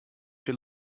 she